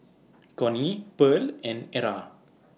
Connie Pearl and Era